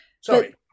Sorry